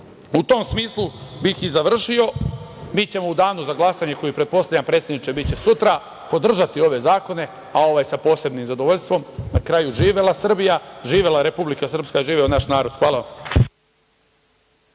tom smislu bih i završio, mi ćemo u danu za glasanje koji će, pretpostavljam, predsedniče, biti sutra, podržati ove zakone, a ovaj sa posebnim zadovoljstvom. Na kraju, živela Srbija, živela Republika Srpska, živeo naš narod! Hvala vam.